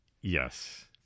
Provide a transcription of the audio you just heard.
Yes